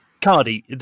Cardi